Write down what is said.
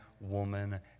woman